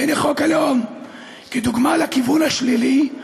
והינה, חוק הלאום כדוגמה לכיוון השלילי,